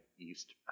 east